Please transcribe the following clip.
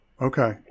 okay